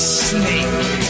snake